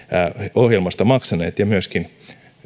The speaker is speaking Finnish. ohjelmasta maksaneet ja myöskin